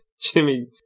Jimmy